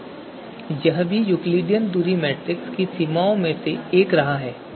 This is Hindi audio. तो यह भी यूक्लिडियन दूरी मीट्रिक की सीमाओं में से एक रहा है